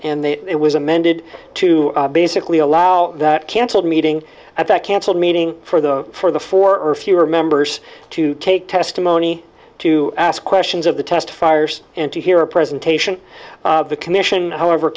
then it was amended to basically allow that cancelled meeting at that cancelled meeting for the for the for a few were members to take testimony to ask questions of the test fires and to hear a presentation of the commission however